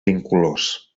incolors